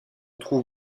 trouve